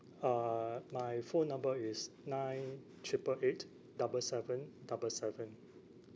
uh my phone number is nine triple eight double seven double seven